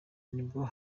nibwo